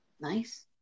nice